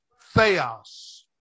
theos